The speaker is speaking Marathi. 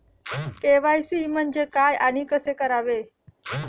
के.वाय.सी म्हणजे काय व कसे करावे?